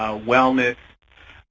ah wellness,